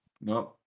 No